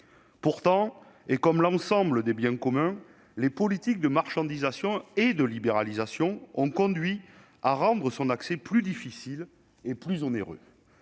c'est le cas de l'ensemble des biens communs, les politiques de marchandisation et de libéralisation ont conduit à rendre son accès plus difficile et plus onéreux.